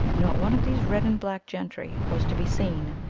not one of these red-and black gentry was to be seen,